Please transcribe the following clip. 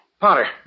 Potter